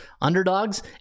underdogs